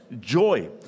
joy